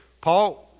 Paul